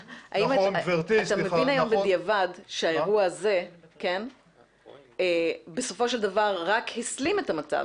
האם אתה מבין היום בדיעבד שהאירוע הזה בסופו של דבר רק הסלים את המצב?